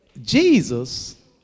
Jesus